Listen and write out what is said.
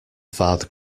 father